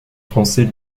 français